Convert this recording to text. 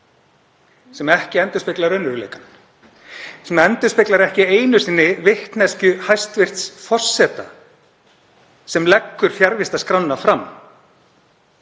sem ekki endurspeglar raunveruleikann, sem endurspeglar ekki einu sinni vitneskju hæstv. forseta sem leggur fjarvistarskrána fram?